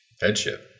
Headship